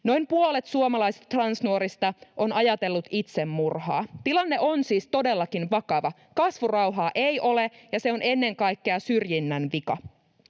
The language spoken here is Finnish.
Noin puolet suomalaisista transnuorista on ajatellut itsemurhaa. Tilanne on siis todellakin vakava: kasvurauhaa ei ole, ja se on ennen kaikkea syrjinnän vika.